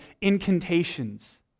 incantations